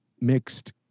mixed